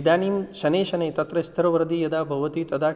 इदानीं शनैः शनैः तत्र स्तरवृद्धिः यदा भवति तदा